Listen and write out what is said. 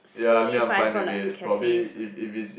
slowly find for like cafes